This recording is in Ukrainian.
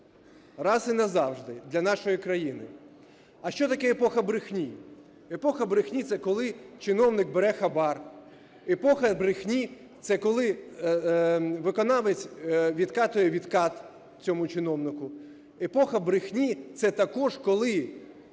раз і назавжди для нашої країни. А що таке епоха брехні? Епоха брехні – це коли чиновник бере хабар. Епоха брехні – це коли виконавець відкатує відкат цьому чиновнику. Епоха брехні – це також, коли